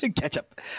ketchup